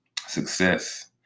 success